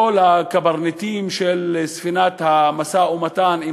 כל הקברניטים של ספינת המשא-ומתן עם